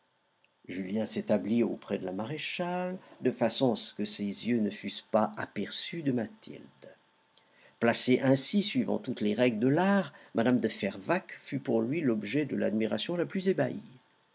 julien s'établit auprès de la maréchale de façon à ce que ses yeux ne fussent pas aperçus de mathilde placé ainsi suivant toutes les règles de l'art mme de fervaques fut pour lui l'objet de l'admiration la plus